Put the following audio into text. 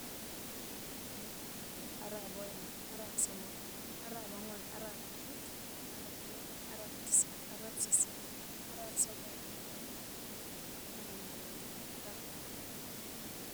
Ara'ap ageng'e, ara'ap aeng', ara'ap somok, ara'ap, arap ang'wan, ara'ap muut, ara'ap loo, ara'ap tisap, ara'ap, sisiit, ara'ap sogol, ara'ap taman, ara'ap taman ak aeng'e, ara'ap taman ak aeng'.